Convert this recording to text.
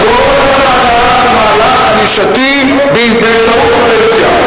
כל המהלך הוא מהלך ענישתי באמצעות הפנסיה.